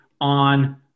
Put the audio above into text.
on